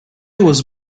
was